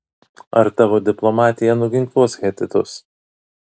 ar tavo diplomatija nuginkluos hetitus